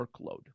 workload